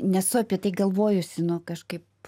nesu apie tai galvojusi nu kažkaip